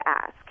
ask